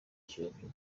kiyovu